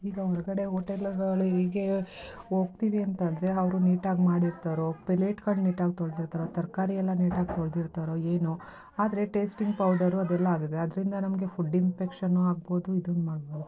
ಈಗ ಹೊರಗಡೆ ಓಟೆಲ್ಗಳಿಗೆ ಹೋಗ್ತೀವಿ ಅಂತ ಅಂದ್ರೆ ಅವರು ನೀಟಾಗಿ ಮಾಡಿರ್ತಾರೊ ಪಿಲೇಟ್ಗಳು ನೀಟಾಗಿ ತೊಳೆದಿರ್ತಾರೋ ತರಕಾರಿ ಎಲ್ಲ ನೀಟಾಗಿ ತೊಳೆದಿರ್ತಾರೊ ಏನೋ ಆದರೆ ಟೇಸ್ಟಿಂಗ್ ಪೌಡರು ಅದೆಲ್ಲ ಆಗಿದೆ ಅದರಿಂದ ನಮಗೆ ಫುಡ್ ಇನ್ಫೆಕ್ಷನು ಆಗ್ಬೋದು ಇದನ್ನು ಮಾಡ್ಬೋದು